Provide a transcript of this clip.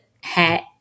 hat